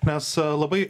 mes labai